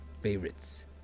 favorites